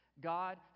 God